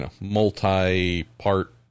multi-part